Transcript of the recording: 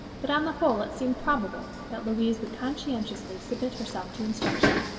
but on the whole it seemed probable that louise would conscientiously submit herself to instruction,